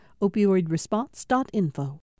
Opioidresponse.info